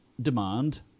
demand